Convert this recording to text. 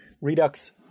Redux